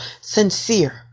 Sincere